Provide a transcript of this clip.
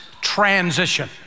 transition